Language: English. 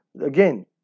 again